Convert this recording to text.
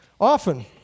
often